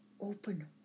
open